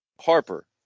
Harper